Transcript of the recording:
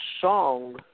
song